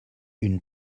une